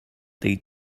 they